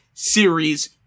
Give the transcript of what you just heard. Series